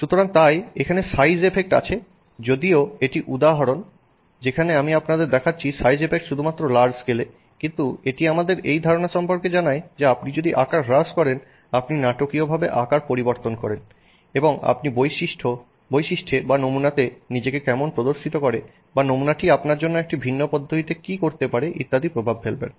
সুতরাং তাই এখানে সাইজ ইফেক্ট আছে যদিও এটি একটি উদাহরণ যেখানে আমি আপনাদের দেখাচ্ছি সাইজ ইফেক্ট শুধুমাত্র লার্জ স্কেলে কিন্তু এটি আমাদের এই ধারণা সম্পর্কে জানায় যে আপনি যদি আকার হ্রাস করেন আপনি নাটকীয়ভাবে আকার পরিবর্তন করেন আপনি বৈশিষ্ট্যে বা নমুনাতে নিজেকে কেমন প্রদর্শিত করে বা নমুনাটি আপনার জন্য একটি ভিন্ন পদ্ধতিতে কি করতে পারে ইত্যাদিতে প্রভাব ফেলবেন